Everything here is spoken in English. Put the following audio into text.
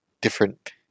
different